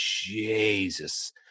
Jesus